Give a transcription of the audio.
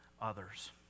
others